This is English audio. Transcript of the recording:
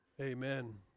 Amen